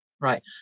Right